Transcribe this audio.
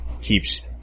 keeps